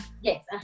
Yes